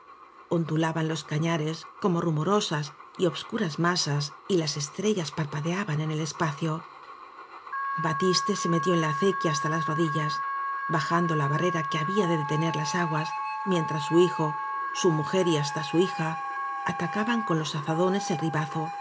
ondulaban los cañares como rumorosas y obscuras masas y las estrellas parpadeaban en el espacio atiste se metió en la acequia hasta las rodillas bajando la barrera que había de dete ner las aguas mientras su hijo su mujer y hasta su hija atacaban con los azadones el ribazo